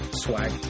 swag